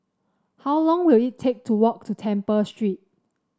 how long will it take to walk to Temple Street